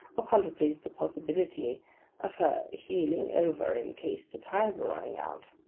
or contemplated the possibility of her heeling over in case the tide were running out.